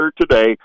today